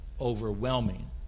overwhelming